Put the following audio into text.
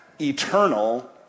eternal